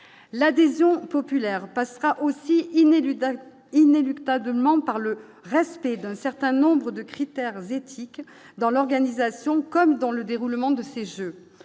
l'adhésion populaire passera aussi il n'élude inéluctablement par le respect d'un certain nombre de critères éthiques dans l'organisation, comme dans le déroulement de ces Jeux,